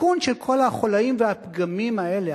התיקון של כל החוליים והפגמים האלה,